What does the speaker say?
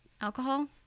alcohol